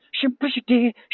Simplicity